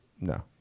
no